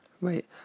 Wait